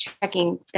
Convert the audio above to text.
checking